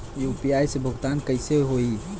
UPI से भुगतान कइसे होहीं?